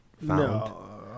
No